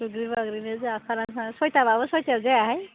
दुग्रि माग्रिनो जाखानानै सयताबाबो सयतायाव जायाहाय